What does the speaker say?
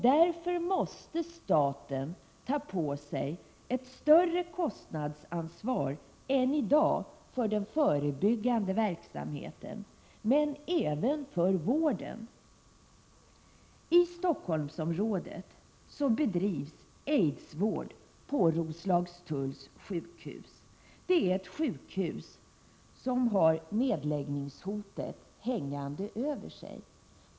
Därför måste staten ta på sig ett större kostnadsansvar än i dag för den förebyggande verksamheten, och även för vården. I Stockholmsområdet bedrivs aidsvård på Roslagstulls sjukhus — ett sjukhus som har nedläggningshotet hängande över sig.